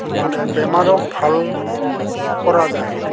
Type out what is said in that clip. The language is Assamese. মানে বেমাৰক ভাল কৰা যায়